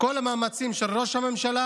כל המאמצים של ראש הממשלה